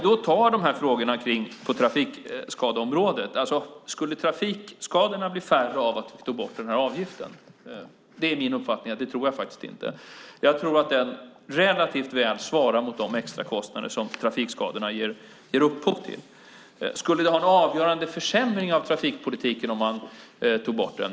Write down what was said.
Låt oss ta frågorna kring trafikskadeområdet. Skulle trafikskadorna bli färre av att vi tog bort avgiften? Det tror jag inte. Jag tror att den relativt väl svarar mot de extra kostnader som trafikskadorna ger upphov till. Skulle det bli en avgörande försämring av trafikpolitiken om man tog bort den?